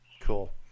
Cool